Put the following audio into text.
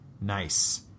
Nice